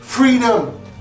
Freedom